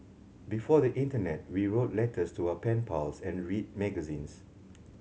before the internet we wrote letters to our pen pals and read magazines